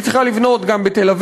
והיא צריכה לבנות גם בתל-אביב,